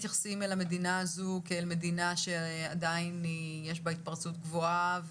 אתם מתייחסים אל המדינה הזאת כמדינה שיש בה התפרצות גבוהה?